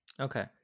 Okay